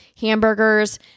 hamburgers